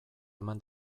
eman